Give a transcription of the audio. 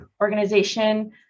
organization